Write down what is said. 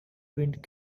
wind